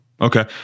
Okay